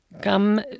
Come